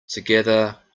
together